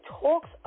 talks